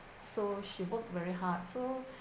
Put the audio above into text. so she worked very hard so